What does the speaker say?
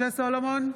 משה סולומון,